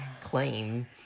claim